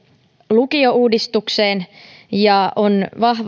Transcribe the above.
lukiouudistukseen ja on